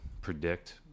predict